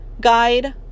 guide